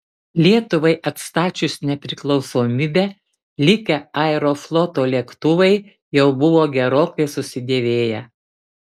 lietuvai atstačius nepriklausomybę likę aerofloto lėktuvai jau buvo gerokai susidėvėję